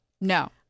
No